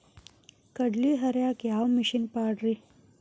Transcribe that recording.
ಕಡ್ಲಿ ಹರಿಯಾಕ ಯಾವ ಮಿಷನ್ ಪಾಡ್ರೇ?